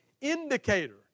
indicator